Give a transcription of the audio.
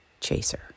chaser